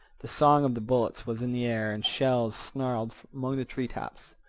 the song of the bullets was in the air and shells snarled among the treetops.